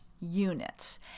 units